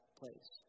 place